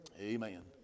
Amen